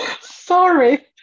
Sorry